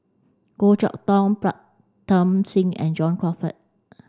Goh Chok Tong Pritam Singh and John Crawfurd